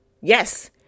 Yes